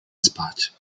spać